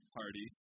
party